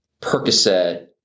Percocet